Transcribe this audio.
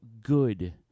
good